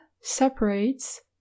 separates